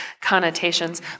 connotations